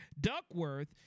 Duckworth